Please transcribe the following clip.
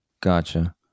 Gotcha